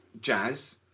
jazz